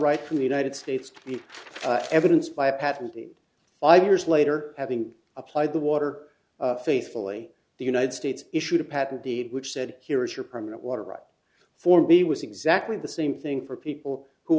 right from the united states evidence by a patent five years later having applied the water faithfully the united states issued a patent the which said here is your permanent water rights for me was exactly the same thing for people who